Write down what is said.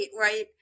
right